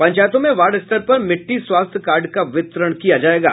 पंचायतों में वार्ड स्तर पर मिट्टी स्वास्थ्य कार्ड का वितरण किया जायेगा